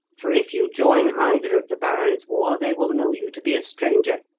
for if you join either of the barons' war, they will know you to be a stranger,